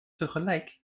tegelijk